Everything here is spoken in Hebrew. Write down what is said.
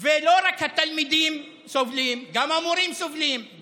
ולא רק התלמידים סובלים, גם המורים סובלים.